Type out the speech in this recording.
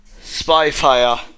Spyfire